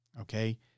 okay